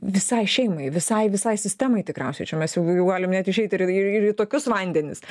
visai šeimai visai visai sistemai tikriausiai čia mes jau jau galim net išeiti ir ir ir į tokius vandenis